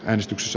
äänestys